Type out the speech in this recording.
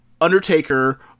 undertaker